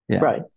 Right